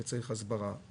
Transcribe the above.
שצריך הסברה,